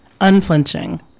unflinching